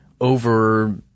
over